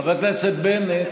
חבר הכנסת בנט,